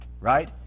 right